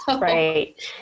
Right